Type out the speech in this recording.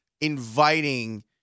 inviting